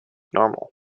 normal